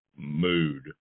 mood